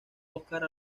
óscar